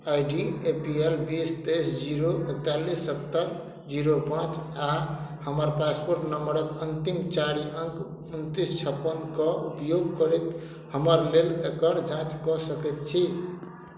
I D A P L बीस तैस zero एकतालीस सत्तरि जीरो पाँच आ हमर पासपोर्ट नंबरक अंतिम चारि अंक उनतीस छप्पनके उपयोग करैत हमर लेल एकर जाँच कऽ सकैत छी